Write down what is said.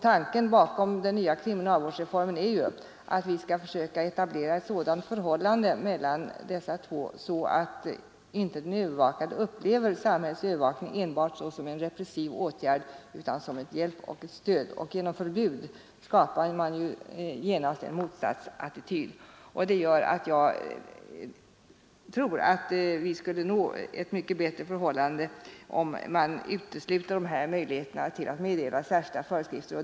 Tanken bakom den nya kriminalvårdsreformen är ju att vi skall försöka etablera ett sådant förhållande mellan dessa båda att den övervakade inte upplever samhällets övervakning enbart som en repressiv åtgärd utan som en hjälp och ett stöd. Genom förbud skapar man genast en motsatsattityd. Därför tror jag att man skulle nå ett mycket bättre förhållande om man uteslöt möjligheterna att meddela särskilda föreskrifter.